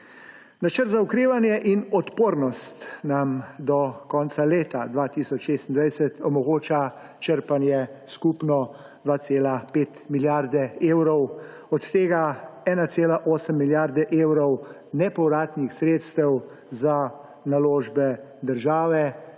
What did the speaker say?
Načrt za okrevanje in odpornost nam do konca leta 2026 omogoča črpanje skupno 2,5 milijarde evrov, od tega 1,8 milijarde evrov nepovratnih sredstev za naložbe države,